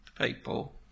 people